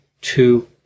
two